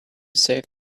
save